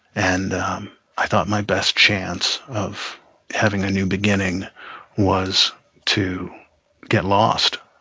and i thought my best chance of having a new beginning was to get lost.